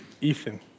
Ethan